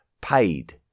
paid